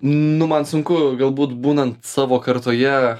nu man sunku galbūt būnant savo kartoje